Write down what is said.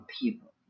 people